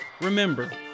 Remember